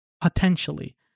potentially